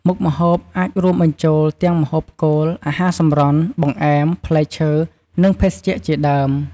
មុខម្ហូបអាចរួមបញ្ចូលទាំង ម្ហូបគោល អាហារសម្រន់ បង្អែម ផ្លែឈើ និងភេសជ្ជៈ ជាដើម។